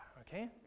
Okay